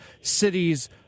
cities